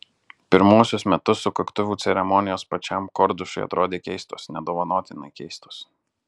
pirmuosius metus sukaktuvių ceremonijos pačiam kordušui atrodė keistos nedovanotinai keistos